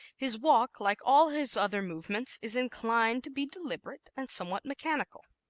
his walk, like all his other movements, is inclined to be deliberate and somewhat mechanical.